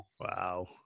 Wow